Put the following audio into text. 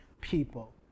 people